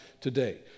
today